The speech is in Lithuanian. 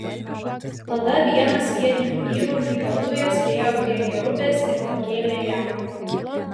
tada vienas vietinių vyrų lyg apdujęs priėjo prie jerubės ir pakėlė ją